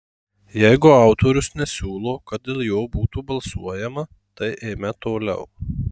jeigu autorius nesiūlo kad dėl jo būtų balsuojama tai eime toliau